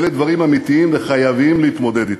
אלה דברים אמיתיים, וחייבים להתמודד אתם.